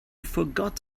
forgot